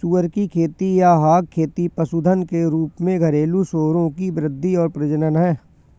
सुअर की खेती या हॉग खेती पशुधन के रूप में घरेलू सूअरों की वृद्धि और प्रजनन है